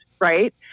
right